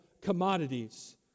commodities